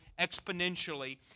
exponentially